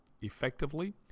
effectively